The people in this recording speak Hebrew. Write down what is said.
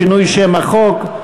שינוי שם החוק),